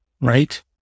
right